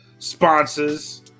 sponsors